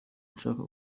nshaka